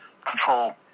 Control